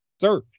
Sir